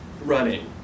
running